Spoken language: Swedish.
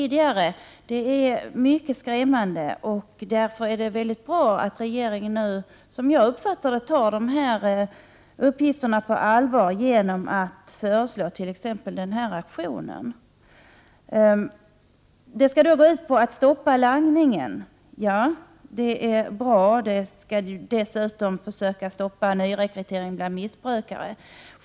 Mot den bakgrunden är det mycket bra att regeringen nu, som jag uppfattar det, tar dessa uppgifter på allvar. Det framgår exempelvis av den aktion som inleds nästa vecka. Aktionen går ju ut på att man skall få ett stopp på langningen, och det är bra. Dessutom vill man stoppa nyrekryteringen av missbrukare.